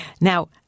Now